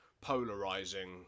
polarizing